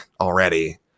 already